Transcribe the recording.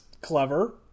clever